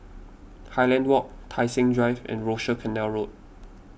Highland Walk Tai Seng Drive and Rochor Canal Road